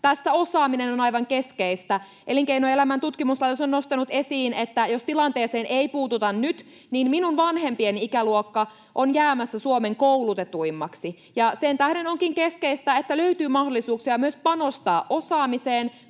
Tässä osaaminen on aivan keskeistä. Elinkeinoelämän tutkimuslaitos on nostanut esiin, että jos tilanteeseen ei puututa nyt, niin minun vanhempieni ikäluokka on jäämässä Suomen koulutetuimmaksi. Sen tähden onkin keskeistä, että löytyy mahdollisuuksia myös panostaa osaamiseen,